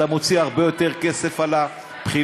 אתה מוציא הרבה יותר כסף על הבחינות,